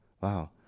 Wow